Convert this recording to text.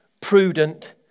prudent